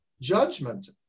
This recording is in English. judgment